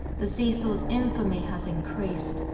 the cecil's infamy has increased,